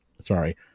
Sorry